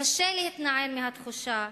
קשה להתנער מהתחושה